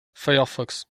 firefox